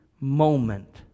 moment